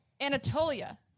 Anatolia